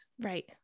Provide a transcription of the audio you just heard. right